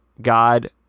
God